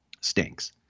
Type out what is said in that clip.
stinks